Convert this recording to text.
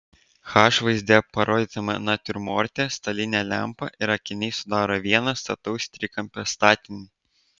h vaizde parodytame natiurmorte stalinė lempa ir akiniai sudaro vieną stataus trikampio statinį